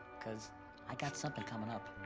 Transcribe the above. cause i got something coming up,